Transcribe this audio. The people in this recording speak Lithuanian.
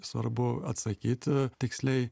svarbu atsakyti tiksliai